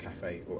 cafe